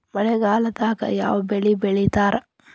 ಮಳೆಗಾಲದಾಗ ಯಾವ ಬೆಳಿ ಬೆಳಿತಾರ?